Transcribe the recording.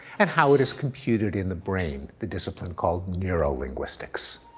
and how it is computed in the brain, the discipline called neurolinguistics.